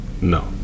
No